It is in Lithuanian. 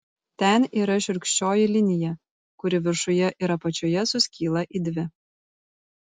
ten yra šiurkščioji linija kuri viršuje ir apačioje suskyla į dvi